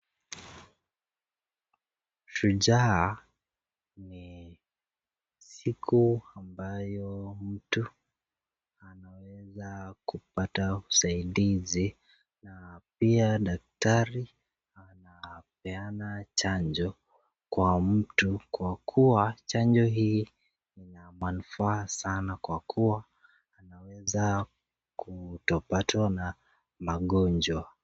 Shujaa ni siku ambayo mtu anaweza kupata usaidizi na pia daktari anapeana chanjo kwa mtu kwa kuwa chanjo hii inamanufaa sana kwa kuwa anaweza kutopata magonjwa .